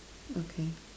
okay